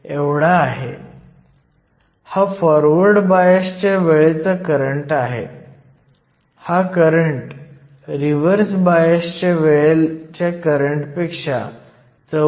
तर आपण course notes दरम्यान याचे डेरिवेशन पाहिले परंतु हा तुमचा रिव्हर्स सॅचुरेशन करंट आहे आणि येथे प्लगसह काहीतरी आहे